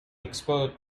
expert